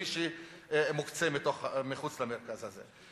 ויש מי שמוקצה מחוץ למרכז הזה?